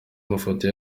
mafoto